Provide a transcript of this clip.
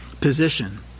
position